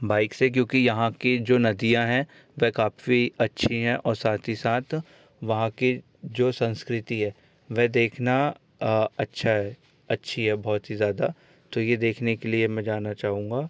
bike से क्योंकि यहाँ की जो नदियाँ हैं वह काफ़ी अच्छी हैं और साथ ही साथ वहाँ की जो संस्कृति है वह देखना अच्छा है अच्छी है बहुत ही ज़्यादा तो यह देखने के लिए मैं जाना चाहूँगा